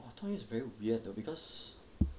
but 段誉 is very weird though because